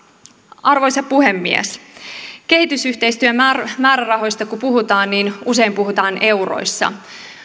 arvoisa puhemies kun kehitysyhteistyömäärärahoista puhutaan niin usein puhutaan euroissa